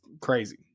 crazy